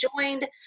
joined